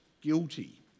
guilty